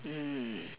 mm